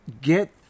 get